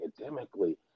academically